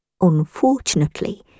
Unfortunately